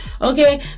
okay